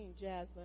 Jasmine